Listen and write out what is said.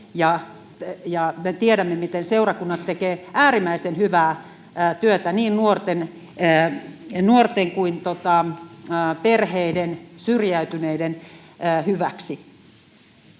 Me tiedämme, miten seurakunnat tekevät äärimmäisen hyvää työtä niin nuorten kuin perheiden, syrjäytyneiden hyväksi.